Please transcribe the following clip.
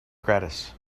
gratis